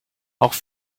auch